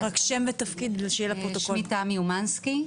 שמי תמי אומנסקי,